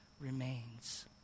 remains